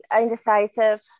indecisive